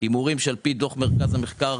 הימורים שלפי דוח שלפי דוח מרכז המחקר